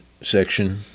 section